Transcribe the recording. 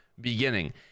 beginning